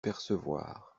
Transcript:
apercevoir